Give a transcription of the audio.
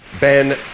Ben